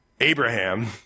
Abraham